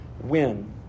win